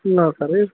ಹಾಂ ಸರಿ